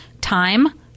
Time